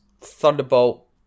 Thunderbolt